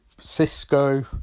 Cisco